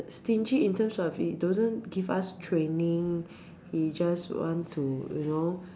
stingy in terms of he don't give us training he just want to you know